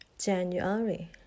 January